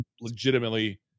legitimately